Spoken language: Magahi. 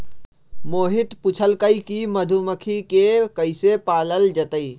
मोहित पूछलकई कि मधुमखि के कईसे पालल जतई